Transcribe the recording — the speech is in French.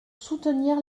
soutenir